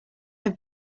have